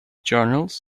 journals